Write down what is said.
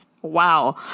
wow